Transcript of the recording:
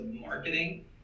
marketing